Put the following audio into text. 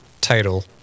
title